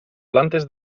plantes